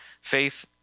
faith